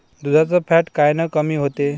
दुधाचं फॅट कायनं कमी होते?